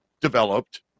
developed